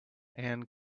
and